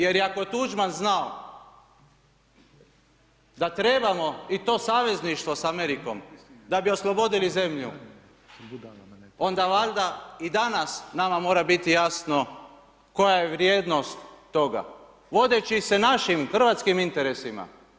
Jer ako je Tuđman znao da trebamo i to savezništvo sa Amerikom da bi oslobodili zemlju, onda valjda i danas mora biti jasno koja je vrijednost toga, vodeći se našim hrvatskim interesima.